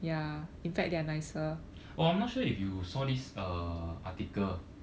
orh I'm not sure if you this uh article